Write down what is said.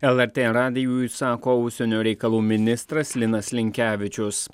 lrt radijui sako užsienio reikalų ministras linas linkevičius